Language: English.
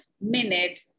minute